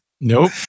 Nope